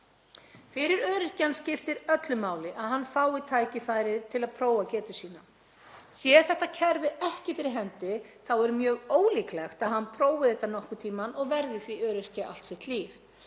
Fyrir öryrkjann skiptir öllu máli að hann fái tækifæri til að prófa getu sína. Sé þetta kerfi ekki fyrir hendi er mjög ólíklegt að hann prófi þetta nokkurn tímann og verði því öryrki allt sitt líf,